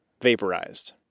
Vaporized